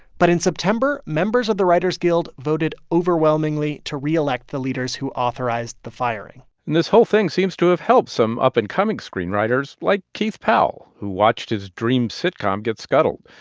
but in september, members of the writers guild voted overwhelmingly to reelect the leaders who authorized the firing and this whole thing seems to have helped some up-and-coming screenwriters, like keith powell, who watched his dream sitcom get scuttled.